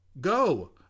Go